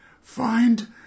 Find